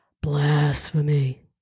Blasphemy